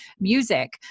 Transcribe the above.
music